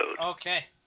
Okay